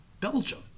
Belgium